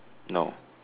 no